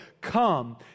come